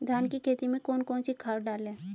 धान की खेती में कौन कौन सी खाद डालें?